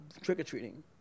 trick-or-treating